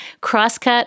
Crosscut